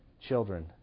children